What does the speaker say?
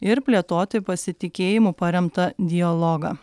ir plėtoti pasitikėjimu paremtą dialogą